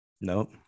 Nope